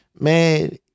Man